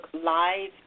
Live